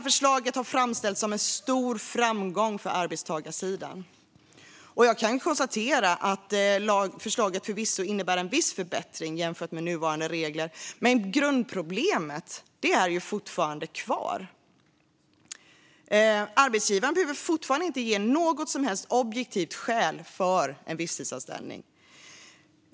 Förslaget har framställts som en stor framgång för arbetstagarsidan. Jag kan konstatera att förslaget förvisso innebär en viss förbättring jämfört med nuvarande regler, men grundproblemet finns kvar: Arbetsgivaren behöver fortfarande inte ange något som helst objektivt skäl för en visstidsanställning.